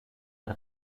der